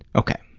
okay.